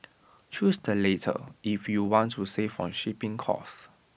choose the latter if you want to save on shipping cost